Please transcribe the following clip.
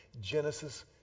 Genesis